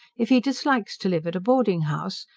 if he dislikes to live at a boarding-house,